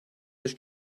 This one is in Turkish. beş